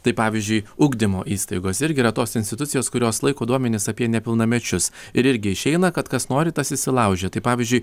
tai pavyzdžiui ugdymo įstaigos irgi yra tos institucijos kurios laiko duomenis apie nepilnamečius ir irgi išeina kad kas nori tas įsilaužia tai pavyzdžiui